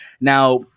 Now